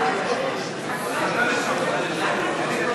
12 לא נתקבלה.